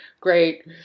Great